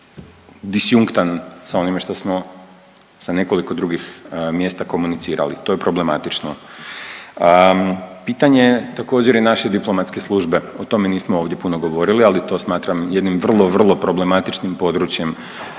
disjunktan sa onime što smo sa nekoliko drugih mjesta komunicirali. To je problematično. Pitanje također i naše diplomatske službe, o tome nismo ovdje puno govorili, ali to smatram jednim vrlo, vrlo problematičnim područjem.